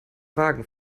wagen